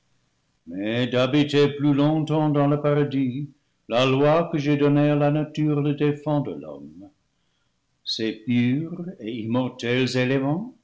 plus longtemps dans le paradis la loi que j'ai donnée à la nature le défend à l'homme ces purs et